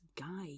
guy